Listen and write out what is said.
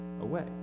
away